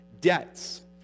debts